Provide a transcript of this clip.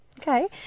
Okay